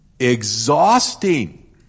exhausting